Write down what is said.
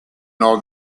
nor